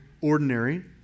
ordinary